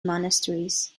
monasteries